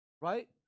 right